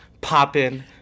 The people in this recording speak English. popping